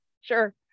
sure